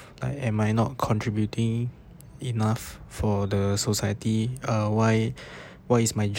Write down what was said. I am I not contributing enough for the society ah why why is my